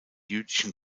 jüdischen